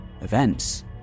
Events